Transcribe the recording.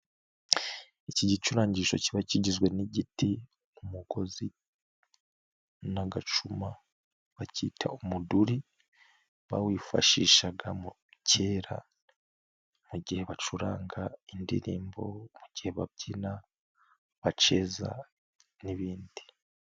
Iki gicurangisho kiba kigizwe n'igiti, umugozi na gacuma. bacyita umuduri, bawifashishaga kera igihe bacuranga indirimbo, mu gihe babyina, baceza n'ibindi.